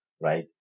right